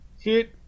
hit